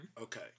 Okay